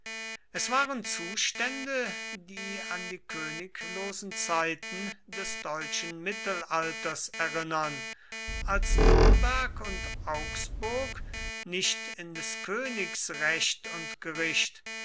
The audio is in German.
es waren zustände die an die königlosen zeiten des deutschen mittelalters erinnern als nürnberg und augsburg nicht in des königs recht und gericht